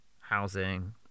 housing